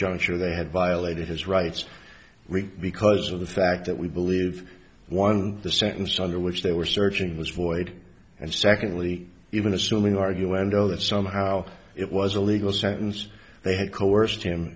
juncture they had violated his rights rick because of the fact that we believe one sentence under which they were searching was void and secondly even assuming argue well that somehow it was a legal sentence they had coerced him